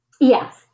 Yes